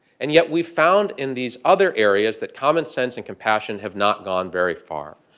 and yet, we found, in these other areas, that common sense and compassion have not gone very far.